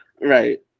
Right